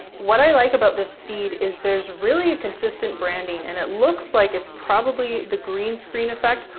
what i like about this feed is there's really a consistent branding and it looks like it's probably the green screen effect,